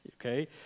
okay